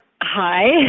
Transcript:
Hi